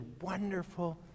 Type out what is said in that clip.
wonderful